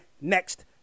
next